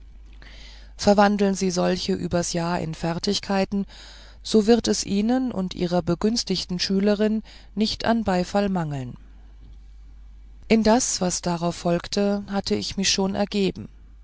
verwandeln sie solche übers jahr in fertigkeiten so wird es ihnen und ihrer begünstigten schülerin nicht an beifall mangeln in das was hierauf folgte hatte ich mich schon ergeben